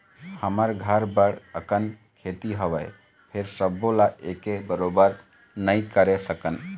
हमर घर बड़ अकन खेती हवय, फेर सबो ल एके बरोबर नइ करे सकन